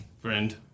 friend